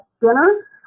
dinner